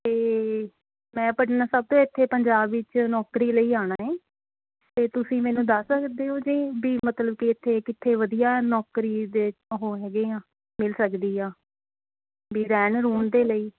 ਅਤੇ ਮੈਂ ਪਟਨਾ ਸਾਹਿਬ ਤੋਂ ਇੱਥੇ ਪੰਜਾਬ ਵਿੱਚ ਨੌਕਰੀ ਲਈ ਆਉਣਾ ਹੈ ਅਤੇ ਤੁਸੀਂ ਮੈਨੂੰ ਦੱਸ ਸਕਦੇ ਹੋ ਜੀ ਬਈ ਮਤਲਬ ਕਿ ਇੱਥੇ ਕਿੱਥੇ ਵਧੀਆ ਨੌਕਰੀ ਦੇ ਉਹ ਹੈਗੇ ਆ ਮਿਲ ਸਕਦੀ ਆ ਬਈ ਰਹਿਣ ਰੁਹਣ ਦੇ ਲਈ